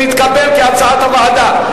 כהצעת הוועדה,